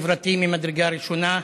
חברתי ממדרגה ראשונה.